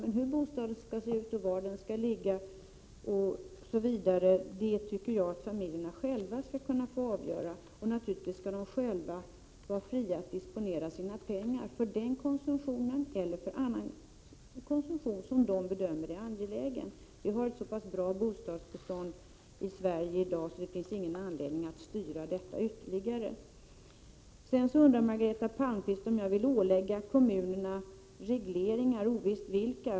Men hur bostaden skall se ut, var den skall ligga, osv. tycker jag att familjerna själva skall kunna få avgöra, och naturligtvis skall de vara fria att själva disponera sina pengar — för den konsumtionen eller för annan konsumtion som de själva bedömer som angelägen. Vi har ett så bra bostadsbestånd i Sverige i dag att det inte finns någon anledning att styra detta ytterligare. Sedan undrade Margareta Palmqvist om jag vill ålägga kommunerna regleringar, ovisst vilka.